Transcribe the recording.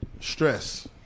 stress